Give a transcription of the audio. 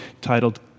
titled